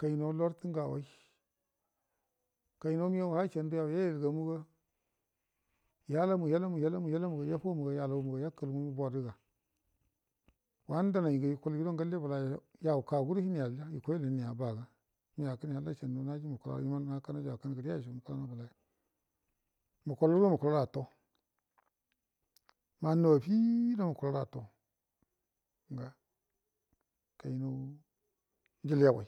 Kainan lartə ngagai kainan umigau ha shandu yau yayal gamuga yalamu-yalamu-yalamuga yafomu yalanmuga yakalinu bodəga wanə dənori ngə yukul yudo ngalle bəlago yau kagudo hinayalya yukai yol hinaiya baga mega kəho halla shandu iman akanaiju akan kəriya isho mukuhau bəlayu mukulaudo mukulauru hatto mannau affido mukulauru hafto kainau iyiliaga